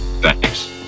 thanks